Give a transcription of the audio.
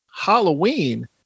Halloween